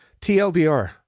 TLDR